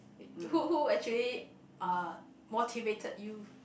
who who actually uh motivated you